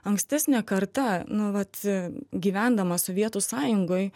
ankstesnė karta nu vat gyvendama sovietų sąjungoj